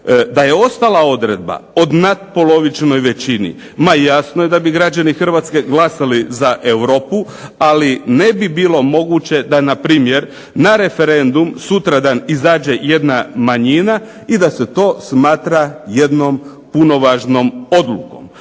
Da je ostala odredba o natpolovičnoj većini ma jasno je da bi građani Hrvatske glasali za Europu, ali ne bi bilo moguće da npr. na referendum sutradan izađe jedna manjina i da se to smatra jednom puno važnom odlukom.